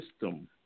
system